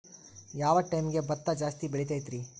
ಯಾವ ಟೈಮ್ಗೆ ಭತ್ತ ಜಾಸ್ತಿ ಬೆಳಿತೈತ್ರೇ?